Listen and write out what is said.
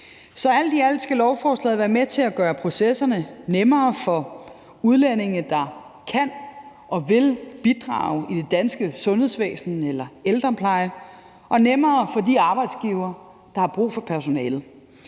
Så alt i alt skal lovforslaget være med til at gøre processerne nemmere for udlændinge, der kan og vil bidrage i det danske sundhedsvæsen eller i ældreplejen, og nemmere for de arbejdsgivere, der har brug for personalet.